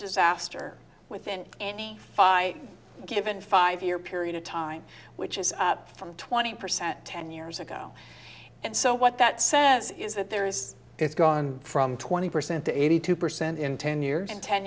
disaster within any by given five year period of time which is up from twenty percent ten years ago and so what that says is that there is it's gone from twenty percent to eighty two percent in ten years in ten